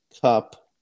Cup